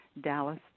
Dallas